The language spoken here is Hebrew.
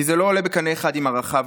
כי זה לא עולה בקנה אחד עם ערכיו.